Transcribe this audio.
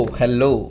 hello